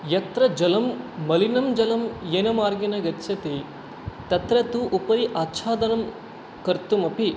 यत्र जलं मलिनं जलं येन मार्गेण गच्छति तत्र तु उपरि आच्छादनं कर्तुमपि